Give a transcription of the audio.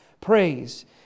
praise